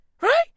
right